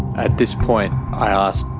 at this point. i asked,